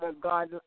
God